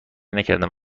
نکردم